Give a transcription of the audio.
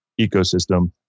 ecosystem